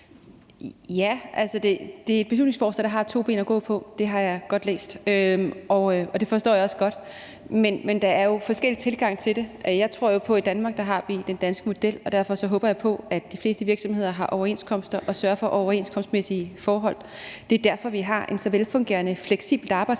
Ja, altså, det er et beslutningsforslag, der har to ben at gå på; det har jeg godt læst, og det forstår jeg også godt. Men der er jo forskellige tilgange til det. I Danmark har vi den danske model, og derfor håber jeg på, at de fleste virksomheder har overenskomster og sørger for overenskomstmæssige forhold. Det er derfor, at vi har et så velfungerende og fleksibelt arbejdsmarked